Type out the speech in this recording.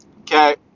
Okay